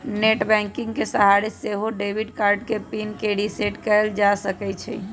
net banking के सहारे से सेहो डेबिट कार्ड के पिन के रिसेट कएल जा सकै छइ